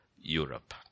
Europe